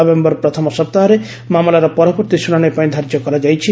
November ପ୍ରଥମ ସପ୍ତାହରେ ମାମଲାର ପରବର୍ତ୍ତୀ ଶୁଶାଣି ପାଇଁ ଧାର୍ଯ୍ୟ କରାଯାଇଛି